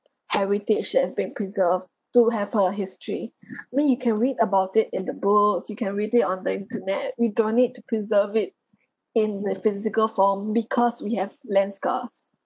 heritage that has been preserved to have a history where you can read about it in the books you can read it on the internet we don't need to preserve it in the physical form because we have land scarce